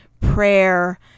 prayer